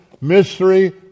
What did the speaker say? Mystery